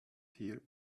here